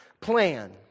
plan